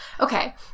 Okay